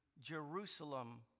Jerusalem